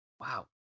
wow